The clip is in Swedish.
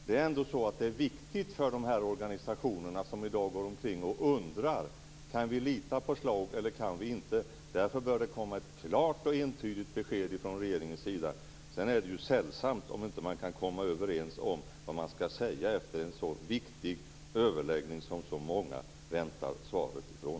Det här är viktigt för de organisationer som i dag går omkring och undrar om de kan lita på Schlaug eller inte, och därför bör det komma ett klart och entydigt besked från regeringens sida. Sedan är det sällsamt om man inte kan komma överens om vad man skall säga efter en så viktig överläggning, som så många väntar svar från.